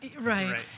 right